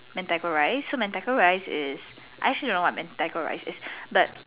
Mentaiko rice so Mentaiko rice I actually don't know what Mentaiko rice is